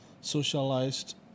socialized